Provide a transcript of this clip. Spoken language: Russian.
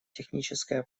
техническая